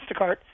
Instacart